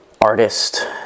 artist